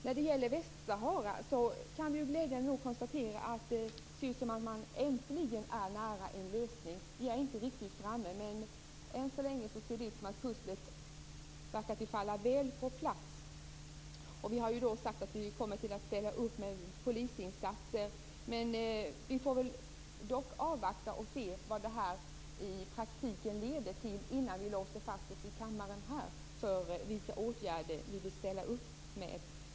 När det gäller Västsahara kan vi glädjande nog konstatera att det ser ut som om man äntligen är nära en lösning. Man är inte riktigt framme, men än så länge ser det ut som att pusslet verkar falla väl på plats. Vi har sagt att vi kommer att ställa upp med polisinsatser. Dock får vi avvakta och se vad detta i praktiken leder till innan vi här i kammaren låser oss vid vilka åtgärder vi vill ställa upp med.